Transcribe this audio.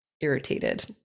irritated